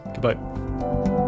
goodbye